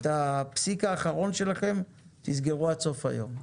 את הפסיק האחרון שלכם תסגרו עד סוף היום.